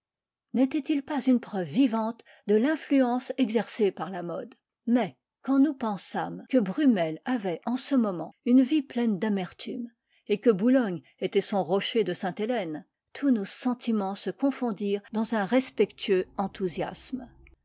n'était-il pas une preuve vivante de l'influence exercée par la mode mais quand nous pensâmes que brummel avait en ce moment une vie pleine d'amertume et que boulogne était son rocher de sainte-hélène tous nos sentiments se confondirent dans un respectueux enthousiasme